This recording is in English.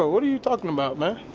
are you talking about man?